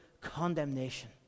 condemnation